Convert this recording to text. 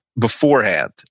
beforehand